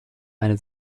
eine